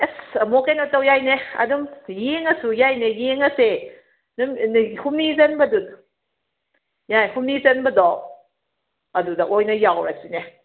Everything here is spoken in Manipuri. ꯏꯁ ꯑꯃꯨꯛ ꯀꯩꯅꯣ ꯇꯧ ꯌꯥꯏꯅꯦ ꯑꯗꯨꯝ ꯌꯦꯡꯉꯁꯨ ꯌꯥꯏꯅꯦ ꯌꯦꯡꯉꯁꯦ ꯑꯗꯨꯝ ꯍꯨꯝꯅꯤ ꯆꯟꯕꯗ ꯌꯥꯏ ꯍꯨꯝꯅꯤ ꯆꯟꯕꯗꯣ ꯑꯗꯨꯗ ꯑꯣꯏꯅ ꯌꯥꯎꯔꯁꯤꯅꯦ